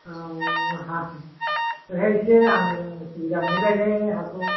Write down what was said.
औ औ बेवहाय एसे आं असुबिदा मोनहैबायलै हाखौ